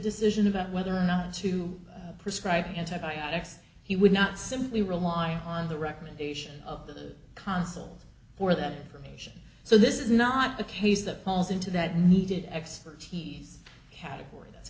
decision about whether or not to prescribe antibiotics he would not simply rely on the recommendation of the consul for that permission so this is not the case that pulls into that needed expertise category that's